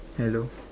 hello